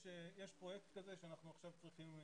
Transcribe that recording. יש פרויקט כזה שאנחנו עכשיו צריכים לראות.